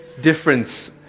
difference